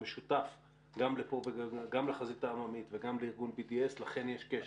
משותף גם לחזית העממית וגם לארגון BDS לכן יש קשר.